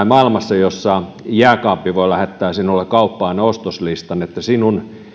maailmassa jossa jääkaappi voi lähettää sinulle kauppaan ostoslistan että sinun